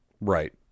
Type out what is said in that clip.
right